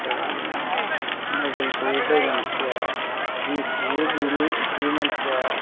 जायमानि mobile खौ जाय मानसिया मिथियो बिनि बि मानसिया